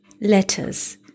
letters